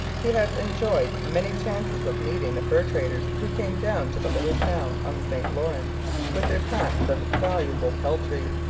he had enjoyed many chances of meeting the fur-traders who came down to the little town on the st lawrence with their packs of valuable peltry,